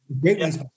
great